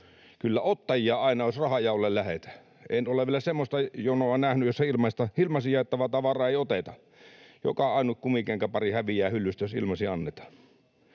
Kyllä ottajia aina on, jos rahanjaolle lähdetään. En ole vielä semmoista jonoa nähnyt, jossa ilmaisin jaettavaa tavaraa ei oteta. Joka ainut kumikenkäpari häviää hyllyistä, jos ilmaisin annetaan.